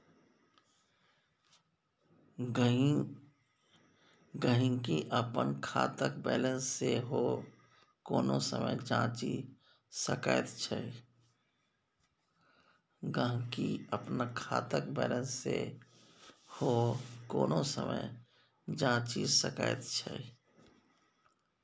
गहिंकी अपन खातक बैलेंस सेहो कोनो समय जांचि सकैत छै